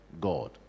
God